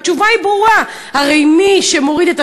והתשובה היא ברורה: הרי מי שמוריד את